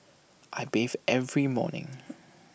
I bathe every morning